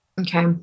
Okay